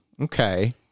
okay